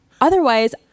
otherwise